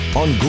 on